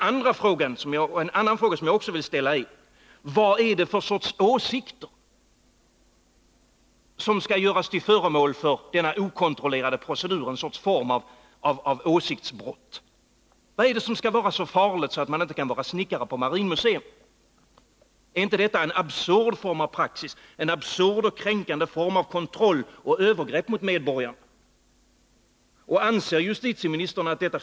Vidare vill jag fråga: Vad är det för sorts åsikter som skall göras till föremål för denna okontrollerade procedur? Gäller det en form av åsiktsbrott? Vad är det som skall vara så farligt att man inte kan vara snickare vid ett marinmuseum? Är inte detta en absurd praxis, en absurd och kränkande form av kontroll och övergrepp mot medborgarna? Anser justitieministern attt.ex.